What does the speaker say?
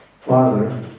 father